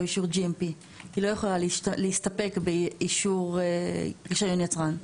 אישור GMP. היא לא יכולה להסתפק באישור רישיון יצרן.